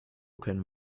können